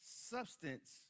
substance